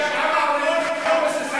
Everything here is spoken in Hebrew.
שם כל יום זה פורים.